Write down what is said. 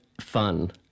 fun